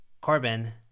Corbin